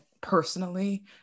personally